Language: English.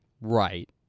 Right